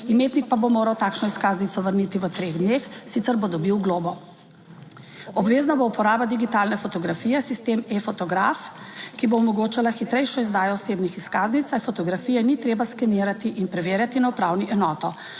Imetnik pa bo moral takšno izkaznico vrniti v treh dneh, sicer bo dobil globo. Obvezna bo uporaba digitalne fotografije sistem e-fotograf, ki bo omogočala hitrejšo izdajo osebnih izkaznic, saj fotografije ni treba skenirati in preverjati na upravno enoti.